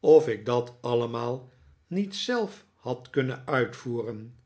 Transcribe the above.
of ik dat allemaal niet zelf had kunnen uilgroeren